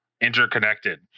interconnected